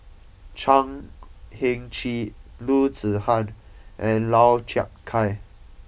Chan Heng Chee Loo Zihan and Lau Chiap Khai